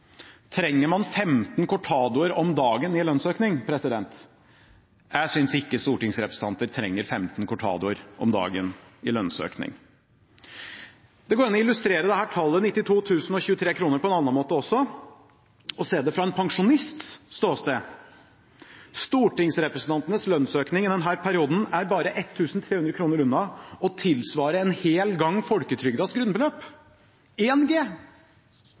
Trenger man 15 cortadoer om dagen i lønnsøkning? Jeg synes ikke stortingsrepresentanter trenger 15 cortadoer om dagen i lønnsøkning. Det går også an å illustrere tallet 92 023 kr på en annen måte, og se det fra en pensjonists ståsted. Stortingsrepresentantenes lønnsøkning i denne perioden er bare 1 300 kr unna å tilsvare en hel gang folketrygdens grunnbeløp – 1 G. Tenk det. Stortinget har i denne perioden bevilget seg selv en